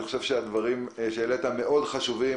אני חושב שהדברים שהעלית הם מאוד חשובים,